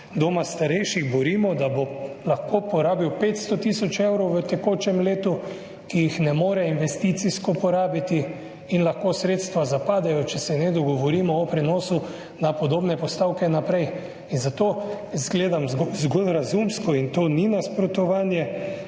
doma starejših borimo, da bo lahko porabil 500 tisoč evrov v tekočem letu, ki jih ne more investicijsko porabiti, in lahko sredstva zapadejo, če se ne dogovorimo o prenosu na podobne postavke naprej. Zato – gledam zgolj razumsko in to ni nasprotovanje